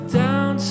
down